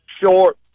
short